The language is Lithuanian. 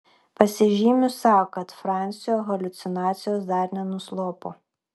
pasižymiu sau kad francio haliucinacijos dar nenuslopo